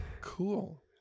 Cool